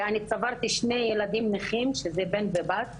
אני צברתי שני ילדים נכים, שזה בן ובת,